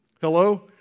Hello